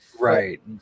Right